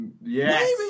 Yes